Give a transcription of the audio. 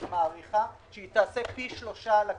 היא העריכה שהיא תעשה פי שלושה על הכסף.